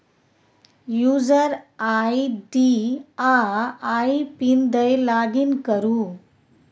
user ID आ आइ PIN दए लागिन करु